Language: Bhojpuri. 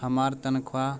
हमार तनख़ाह